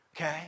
Okay